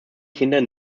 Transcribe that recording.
kinder